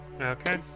Okay